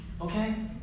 Okay